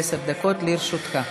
עד עשר דקות לרשותך.